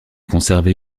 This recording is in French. conservé